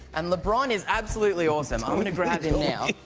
and lebron is absolutely awesome. i'm gonna grab him now.